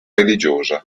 religiosa